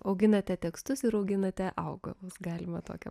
auginate tekstus ir auginate augalus galima tokią